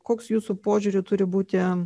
koks jūsų požiūriu turi būti